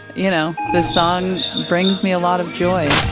you know, the son brings me a lot of joy.